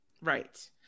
Right